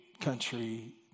country